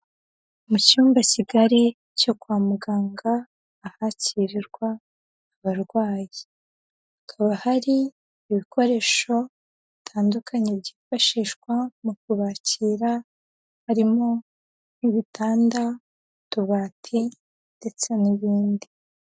Mu cyumba kigari cyo kwa muganga ahakirirwa abarwayi, hakaba hari ibikoresho bitandukanye byifashishwa mu kubakira harimo ibitanda, utubati ndetse n'ibindi.